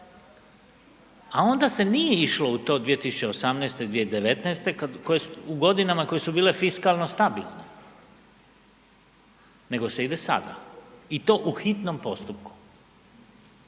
a onda se nije išlo u to 2018., 2019. u godinama koje su bile fiskalno stabilne nego se ide sada i to u hitnom postupku.